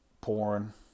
porn